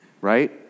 right